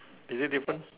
is it different